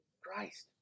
Christ